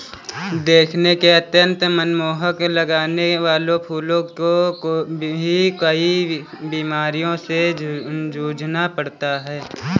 दिखने में अत्यंत मनमोहक लगने वाले फूलों को भी कई बीमारियों से जूझना पड़ता है